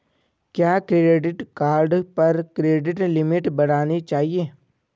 क्या credit card पर credit limit बढ़ानी चाहिए?